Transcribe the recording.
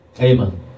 Amen